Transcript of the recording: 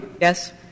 Yes